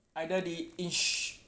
either they in